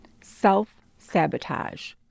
Self-Sabotage